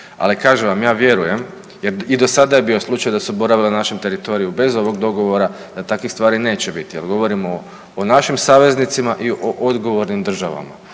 Ali kažem vam ja vjerujem jer i do sada je bio slučaj da su boravili na našem teritoriju bez ovih dogovora da takvih stvari neće biti jer govorimo o našim saveznicima i o odgovornim državama.